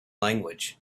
language